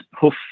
hoof